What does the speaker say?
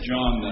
John